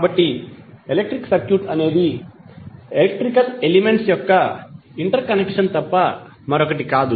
కాబట్టి electric circuit అనేది electrical elements యొక్క ఇంటర్ కనెక్షన్ తప్ప మరొకటి కాదు